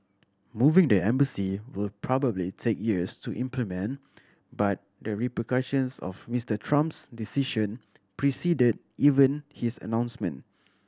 moving the embassy will probably take years to implement but the repercussions of Mister Trump's decision preceded even his announcement